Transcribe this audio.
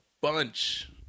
bunch